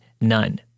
None